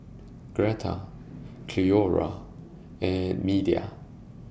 Greta Cleora and Meda